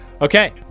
Okay